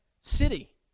city